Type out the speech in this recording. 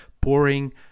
pouring